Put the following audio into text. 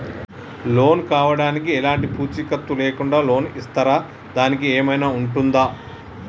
Loan కావడానికి ఎలాంటి పూచీకత్తు లేకుండా లోన్ ఇస్తారా దానికి ఏమైనా ఉంటుందా?